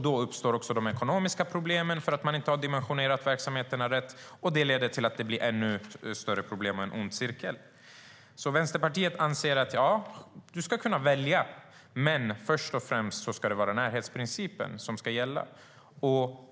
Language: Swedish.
Då uppstår också ekonomiska problem eftersom man inte har dimensionerat verksamheterna rätt. Det i sin tur leder till ännu större problem. Det blir en ond cirkel. Vänsterpartiet anser att man ska kunna välja, men först och främst ska närhetsprincipen gälla.